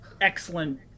excellent